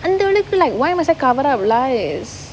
அந்த அளவுக்கு:antha alavukku like why must I cover up with lies